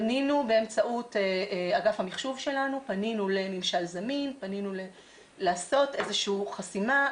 פנינו באמצעות אגף המחשוב שלנו לממשל זמין לעשות איזושהי חסימה,